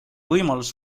võimalus